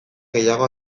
gehiago